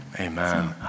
Amen